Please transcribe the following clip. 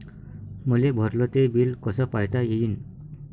मले भरल ते बिल कस पायता येईन?